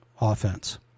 offense